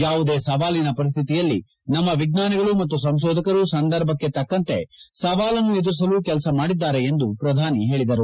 ಯಾವುದೇ ಸವಾಲಿನ ಪರಿಸ್ಟಿತಿಯಲ್ಲಿ ನಮ್ಮ ವಿಜ್ಞಾನಿಗಳು ಮತ್ತು ಸಂಶೋಧಕರು ಸಂದರ್ಭಕ್ಷೆ ತಕ್ಕಂತೆ ಸವಾಲನ್ನು ಎದುರಿಸಲು ಕೆಲಸ ಮಾಡಿದ್ದಾರೆ ಎಂದು ಪ್ರಧಾನಿ ಹೇಳಿದರು